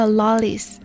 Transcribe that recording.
lollies